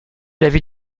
l’avis